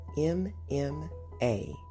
m-m-a